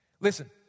Listen